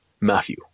Matthew